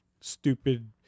stupid